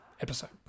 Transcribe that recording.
episode